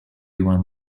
one